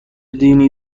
دینی